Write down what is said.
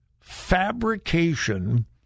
fabrication